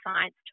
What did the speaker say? science